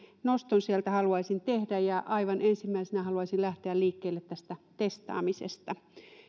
noston sieltä haluaisin tehdä aivan ensimmäisenä haluaisin lähteä liikkeelle tästä testaamisesta